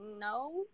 no